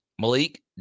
Malik